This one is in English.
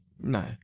No